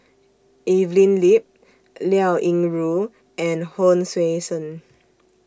Evelyn Lip Liao Yingru and Hon Sui Sen